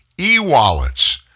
e-wallets